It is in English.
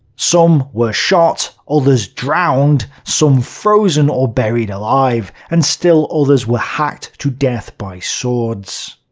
some were shot, others drowned, some frozen or buried alive, and still others were hacked to death by swords.